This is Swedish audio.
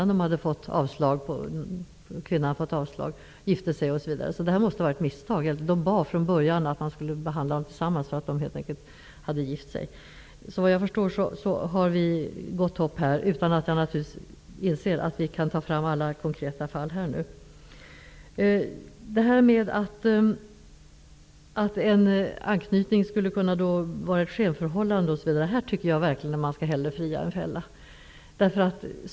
De träffade varandra innan kvinnan fick avslag på sin ansökan. De är gifta. Det måste ha skett ett misstag. Dessa människor bad från början om att deras ansökningar skulle behandlas tillsammans eftersom de hade gift sig. Såvitt jag förstår finns det gott hopp i det här fallet. Jag inser naturligtvis att vi inte kan ta upp alla konkreta fall här. Det sades att en anknytning skulle kunna visa sig vara ett skenförhållande. I det avseendet tycker jag verkligen att man hellre skall fria än fälla.